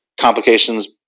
complications